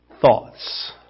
thoughts